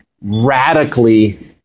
radically